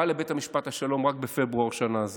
בא לבית משפט השלום רק בפברואר שנה זו,